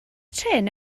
trên